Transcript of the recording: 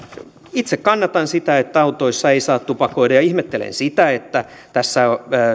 itse kannatan sitä että autoissa ei saa tupakoida ja ihmettelen sitä että tässä